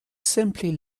simply